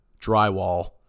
drywall